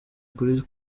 kuri